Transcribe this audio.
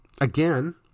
again